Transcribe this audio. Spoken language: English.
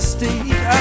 State